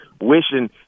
wishing